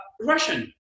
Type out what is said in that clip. Russian